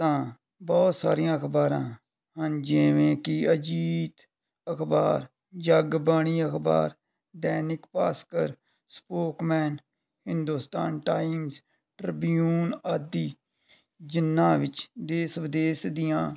ਤਾਂ ਬਹੁਤ ਸਾਰੀਆਂ ਅਖਬਾਰਾਂ ਹਨ ਜਿਵੇਂ ਕਿ ਅਜੀਤ ਅਖਬਾਰ ਜੱਗ ਬਾਣੀ ਅਖਬਾਰ Dainik Bhaskar Spokesman Hindustan Times Tribune ਆਦਿ ਜਿਨ੍ਹਾਂ ਵਿੱਚ ਦੇਸ਼ ਵਿਦੇਸ਼ ਦੀਆਂ